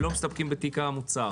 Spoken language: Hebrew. ולא מסתפקים בתיק המוצר?